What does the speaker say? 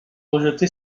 rejeté